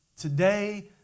Today